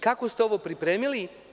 Kako ste ovo pripremili?